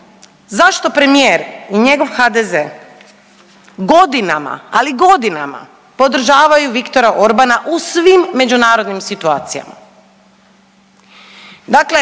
zašto premijer i njegov HDZ godinama, ali godinama podržavaju Viktora Orbana u svim međunarodnim situacijama.